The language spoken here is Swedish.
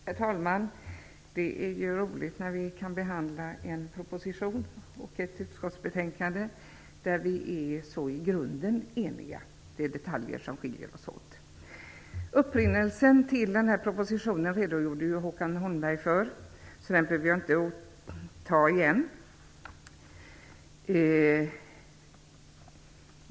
Herr talman! Det är roligt när vi kan behandla en proposition och ett utskottsbetänkande som vi i grunden är eniga om. Det är detaljer som skiljer oss åt. Upprinnelsen till den här propositionen redogjorde Håkan Holmberg för. Det behöver inte jag göra igen.